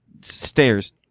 Stairs